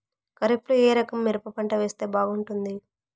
ఖరీఫ్ లో ఏ రకము మిరప పంట వేస్తే బాగుంటుంది